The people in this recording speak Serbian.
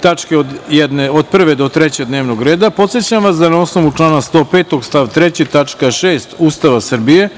(tačka od 1. do 3. dnevnog reda) podsećam vas da, na osnovu člana 105. stav 3. tačka 6.